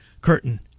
curtain